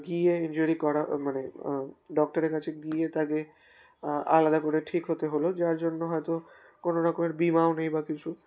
গিয়ে ইনজুরি করা মানে ডক্টরের কাছে গিয়ে তাকে আলাদা করে ঠিক হতে হলো যার জন্য হয়তো কোনো রকমের বিমাও নেই বা কিছু